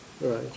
right